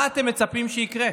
מה אתם מצפים שיקרה?